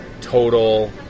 total